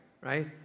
right